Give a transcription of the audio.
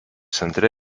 centre